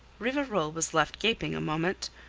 rivarol was left gaping a moment.